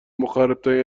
مخربترین